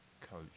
coach